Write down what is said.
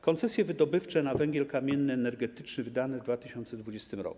Koncesje wydobywcze na węgiel kamienny, energetyczny wydane w 2020 r.